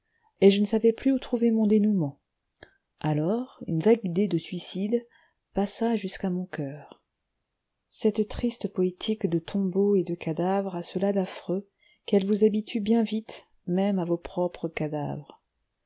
et je ne savais plus où trouver mon dénouement alors une vague idée de suicide passa jusqu'à mon coeur cette triste poétique de tombeaux et de cadavres a cela d'affreux qu'elle vous habitue bien vite même à votre propre cadavre